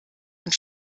und